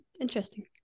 interesting